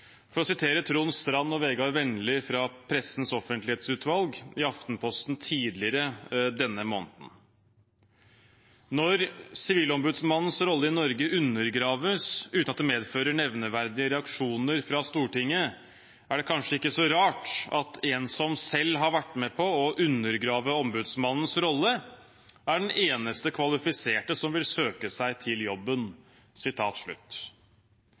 For å sitere Tron Strand og Vegard Venli, fra Pressens offentlighetsutvalg, i Aftenposten tidligere denne måneden: «Når Sivilombudsmannens rolle i Norge undergraves, uten at det medfører nevneverdige reaksjoner fra Stortinget, er det kanskje ikke så rart at en som selv har vært med på å undergrave ombudsmannens rolle, er den eneste kvalifiserte som vil søke seg til jobben?»